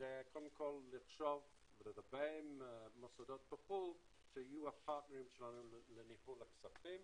לחשוב לגבי מוסדות בחו"ל שיהיו הפרטנרים שלנו לניהול הכספים.